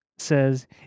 says